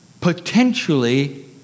Potentially